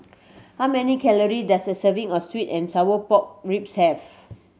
how many calorie does a serving of sweet and sour pork ribs have